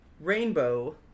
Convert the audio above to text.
rainbow